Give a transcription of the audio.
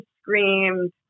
screamed